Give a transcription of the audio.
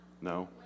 No